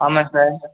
ஆமாம் சார்